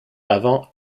avant